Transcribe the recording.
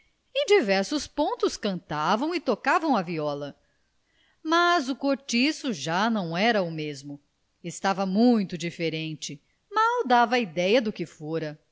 agostinho em diversos pontos cantavam e tocavam a viola mas o cortiço já não era o mesmo estava muito diferente mal dava idéia do que fora